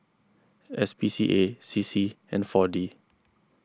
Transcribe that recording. S P C A C C and four D